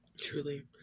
truly